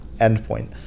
endpoint